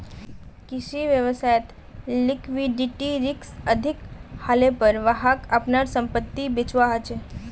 किसी व्यवसायत लिक्विडिटी रिक्स अधिक हलेपर वहाक अपनार संपत्ति बेचवा ह छ